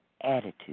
attitude